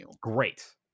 Great